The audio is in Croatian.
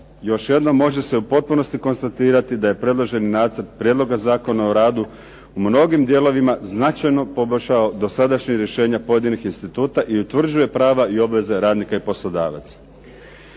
još jednom može se u potpunosti konstatirati da je predloženi nacrt Prijedloga Zakona o radu u mnogim dijelovima značajno poboljšao dosadašnja rješenja pojedinih instituta, i utvrđuje prava i obveze radnika i poslodavaca.